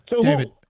David